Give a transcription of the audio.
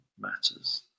matters